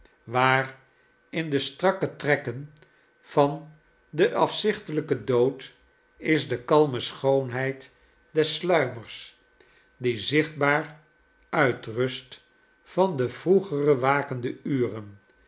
waar in de strakke trekken van den afzichtelijken dood is de kalme schoonheid des sluimers die zichtbaar uitrust van de vroegere wakende uren